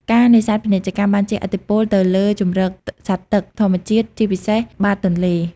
ការនេសាទពាណិជ្ជកម្មបានជះឥទ្ធិពលទៅលើ ជម្រកសត្វទឹក ធម្មជាតិ ជាពិសេសបាតទន្លេ។